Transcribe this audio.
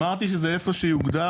אני לא מבין איפה זה המיינסטרים.